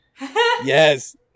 Yes